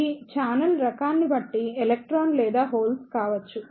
ఇది ఛానెల్ రకాన్ని బట్టి ఎలక్ట్రాన్ లేదా హోల్స్ కావచ్చు